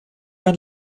ein